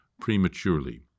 prematurely